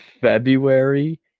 February